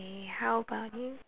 K how about you